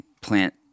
plant